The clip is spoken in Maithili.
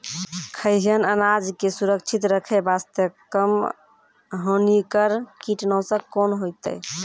खैहियन अनाज के सुरक्षित रखे बास्ते, कम हानिकर कीटनासक कोंन होइतै?